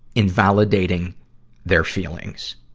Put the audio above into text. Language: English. invalidating their feelings.